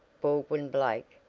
baldwin blake,